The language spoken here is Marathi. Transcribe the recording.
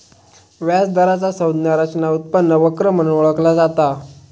व्याज दराचा संज्ञा रचना उत्पन्न वक्र म्हणून ओळखला जाता